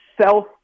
self